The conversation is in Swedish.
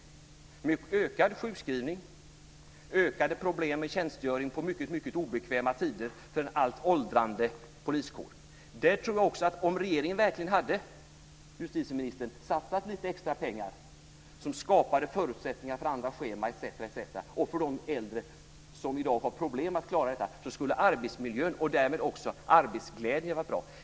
Det är ökad sjukskrivning och ökade problem med tjänstgöring på mycket obekväma tider för en alltmer åldrande poliskår. Där tror jag också att om regeringen verkligen hade satsat lite extra pengar, justitieministern, för att skapa förutsättningar för andra scheman etc. och för de äldre som i dag har problem med att klara det här så skulle arbetsmiljön, och därmed också arbetsglädjen, vara bra.